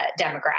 demographic